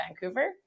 Vancouver